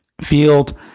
field